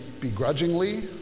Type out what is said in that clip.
begrudgingly